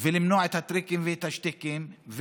ולמנוע את הטריקים ואת השטיקים,